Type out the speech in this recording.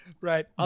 Right